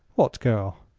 what girl?